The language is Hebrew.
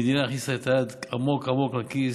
המדינה הכניסה את היד עמוק עמוק לכיס,